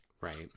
Right